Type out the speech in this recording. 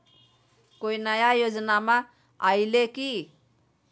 कोइ नया योजनामा आइले की?